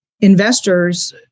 investors